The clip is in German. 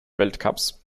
weltcups